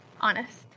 Honest